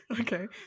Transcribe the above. okay